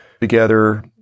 together